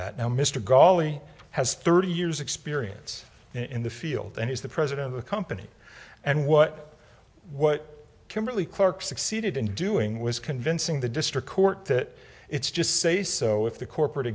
that now mr ghali has thirty years experience in the field and he's the president of a company and what what kimberly clark succeeded in doing was convincing the district court that it's just say so if the corporate